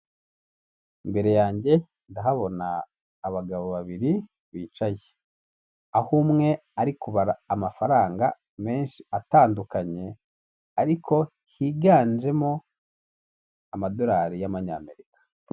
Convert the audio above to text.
Imbere yanjye ndahabona abagabo babiri bicaye; aho umwe ari kubara amafaranga menshi atandukanye ariko higanjemo amadorari y'amanyamerika.